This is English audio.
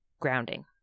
grounding